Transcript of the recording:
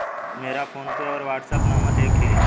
मेरा फोनपे और WhatsApp number एक ही है